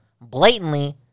blatantly